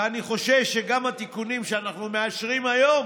ואני חושש שגם התיקונים שאנחנו מאשרים היום